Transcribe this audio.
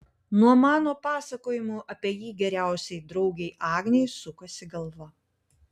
nuo mano pasakojimų apie jį geriausiai draugei agnei sukasi galva